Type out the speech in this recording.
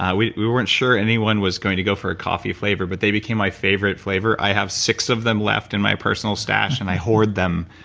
we we weren't sure anyone was going to go for a coffee flavor, but they became my favorite flavor. i have six of them left in my personal stash, and i hoard them.